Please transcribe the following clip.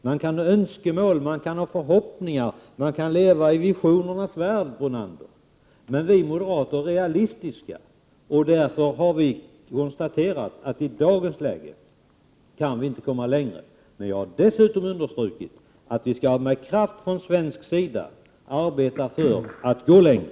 Man kan ha önskemål och förhoppningar, man kan leva i visionernas värld, Lennart Brunander. Men vi moderater är realistiska, och därför har vi konstaterat att vi i dagens läge inte kan komma längre. Men jag har dessutom understrukit att vi från svensk sida med kraft skall arbeta för att komma längre.